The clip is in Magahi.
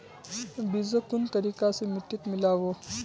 बीजक कुन तरिका स मिट्टीत मिला बो